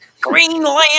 Greenland